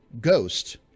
ghost